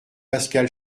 pascal